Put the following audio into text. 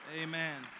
Amen